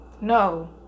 No